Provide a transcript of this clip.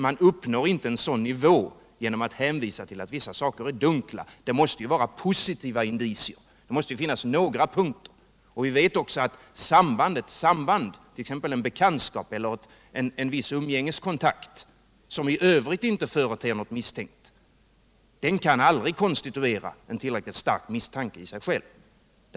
Man uppnår inte en sådan nivå genom att hänvisa till att vissa saker är dunkla. Det måste ju vara positiva indicier, och det måste finnas några punkter. Vi vet också att t.ex. en bekantskap eller en viss umgängeskontakt, som i övrigt inte företer något misstänkt, aldrig kan konstituera en tillräckligt stark misstanke i sig själv.